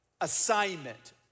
assignment